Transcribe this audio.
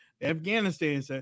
Afghanistan